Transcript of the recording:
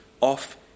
off